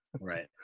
Right